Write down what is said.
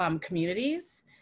communities